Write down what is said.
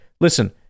listen